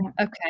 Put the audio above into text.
Okay